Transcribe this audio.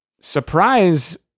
surprise